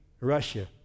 Russia